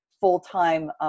full-time